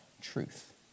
truth